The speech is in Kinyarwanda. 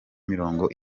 mirongo